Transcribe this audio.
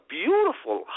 beautiful